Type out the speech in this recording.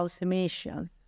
emissions